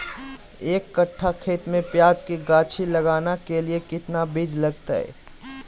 एक कट्ठा खेत में प्याज के गाछी लगाना के लिए कितना बिज लगतय?